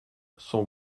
son